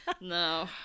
No